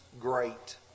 great